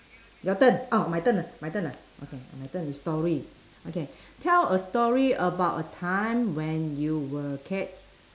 your turn orh my turn ah my turn ah okay my turn is story okay tell a story about a time when you were catch